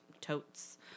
Totes